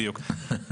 בדיוק,